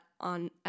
on